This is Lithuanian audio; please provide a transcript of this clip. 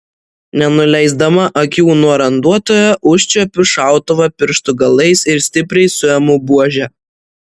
nenuleisdama akių nuo randuotojo užčiuopiu šautuvą pirštų galais ir stipriai suimu buožę